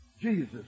Jesus